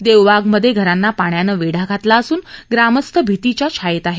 देवबागमध्ये धरांना पाण्यानं वेढा घातला असून ग्रामस्थ भीतीच्या छायेत आहेत